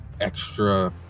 extra